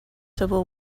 civil